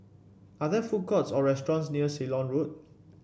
are there food courts or restaurants near Ceylon Road